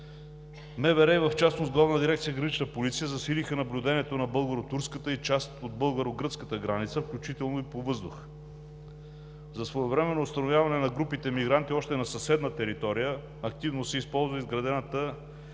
работи, в частност Главна дирекция „Гранична полиция“, засилиха наблюдението на българо-турската и част от българо-гръцката граница, включително и по въздух. За своевременно установяване на групите мигранти още на съседна територия активно се използва изградената